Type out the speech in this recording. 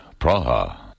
Praha